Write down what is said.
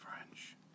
French